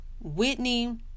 Whitney